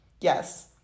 Yes